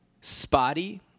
spotty